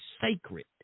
sacred